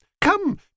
Come